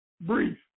Brief